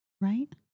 right